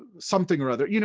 ah something or other. you know